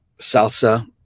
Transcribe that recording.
Salsa